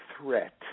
threat